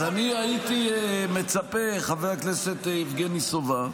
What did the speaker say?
אז אני הייתי מצפה, חבר הכנסת יבגני סובה,